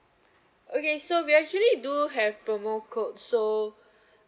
okay so we actually do have promo code so